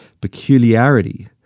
peculiarity